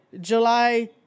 July